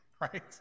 right